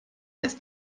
ist